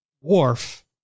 wharf